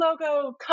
logo